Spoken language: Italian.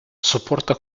sopporta